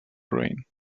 brain